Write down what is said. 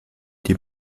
die